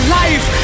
life